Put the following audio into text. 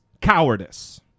cowardice